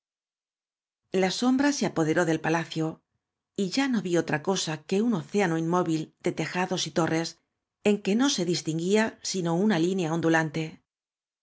la sombra se apoderó del palacio y ya no vt otra cosa quenn océano inmóvil de tejados y torr b en que no se distinguía sino una línea ondulante